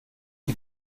die